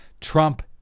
Trump